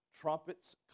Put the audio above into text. trumpets